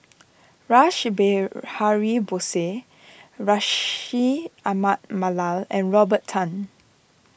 Rash Behari Bose Bashir Ahmad Mallal and Robert Tan